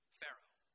Pharaoh